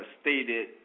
stated